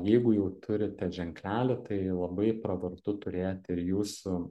jeigu jau turite ženklelį tai labai pravartu turėti ir jūsų